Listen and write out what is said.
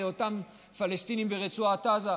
לאותם פלסטינים ברצועת עזה,